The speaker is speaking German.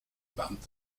band